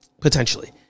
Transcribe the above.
potentially